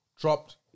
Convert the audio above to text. Dropped